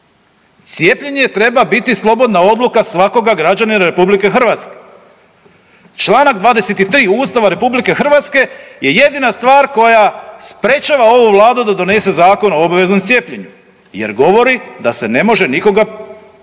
Cijepljenje treba biti slobodna odluka svakoga građanina RH. Čl. 23. Ustava RH je jedina stvar koja sprječava ovu vladu da donese Zakon o obveznom cijepljenju jer govori da se ne može nikoga prisiliti